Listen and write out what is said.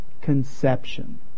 conception